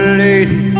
lady